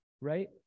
right